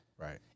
Right